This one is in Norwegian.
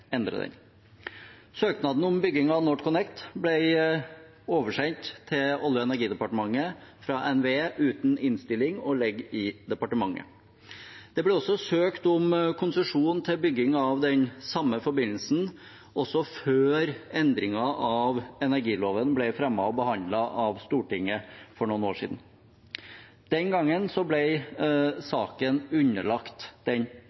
den. Søknaden om bygging av NorthConnect ble oversendt til Olje- og energidepartementet fra NVE uten innstilling og ligger i departementet. Det ble også søkt om konsesjon til bygging av den samme forbindelsen før endringen av energiloven ble fremmet og behandlet av Stortinget for noen år siden. Den gangen ble saken underlagt den